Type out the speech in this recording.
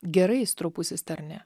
gerai stropusis tarne